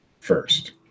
first